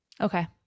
Okay